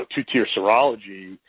know, two-tiered serology